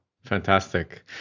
Fantastic